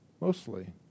mostly